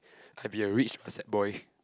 I'll be a rich but sad boy